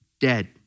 Dead